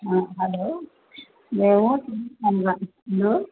hello మేము